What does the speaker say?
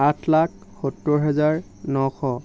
আঠ লাখ সত্তৰ হাজাৰ নশ